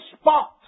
spot